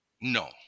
No